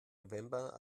november